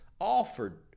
offered